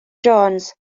jones